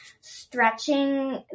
stretching